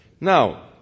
Now